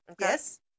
Yes